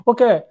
Okay